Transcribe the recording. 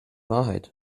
wahrheit